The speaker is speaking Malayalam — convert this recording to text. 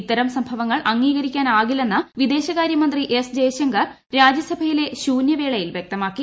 ഇത്തരം സംഭവങ്ങൾ അംഗീകരിക്കാനാകില്ലെന്ന് വിദേശകാര്യമന്ത്രി എസ് ജയശങ്കർ രാജൃസഭയിലെ ശൂനൃവേളയിൽ വൃക്തമാക്കി